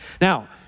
Now